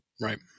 right